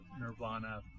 Nirvana